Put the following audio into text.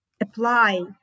apply